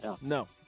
No